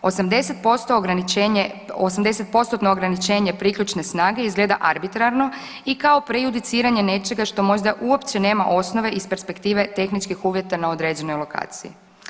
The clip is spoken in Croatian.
80%-tno ograničenje priključne snage izgleda arbitrarno i kao prejudiciranje nečega što možda uopće nema osnove iz perspektive tehničkih uvjeta na određenoj lokaciji.